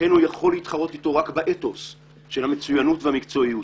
ולכן הוא יכול להתחרות בו רק באתוס של המצוינות והמקצועיות.